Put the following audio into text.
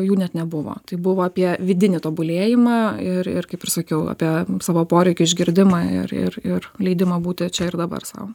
jų net nebuvo tai buvo apie vidinį tobulėjimą ir ir kaip ir sakiau apie savo poreikių išgirdimą ir ir ir leidimą būti čia ir dabar sau